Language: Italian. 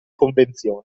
convenzioni